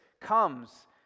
comes